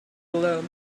learn